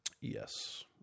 yes